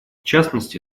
частности